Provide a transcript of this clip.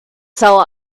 sell